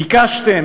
ביקשתם,